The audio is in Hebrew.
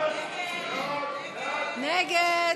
סעיף תקציבי 51,